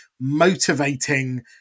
motivating